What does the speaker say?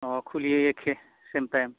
अह खुलियो एके same time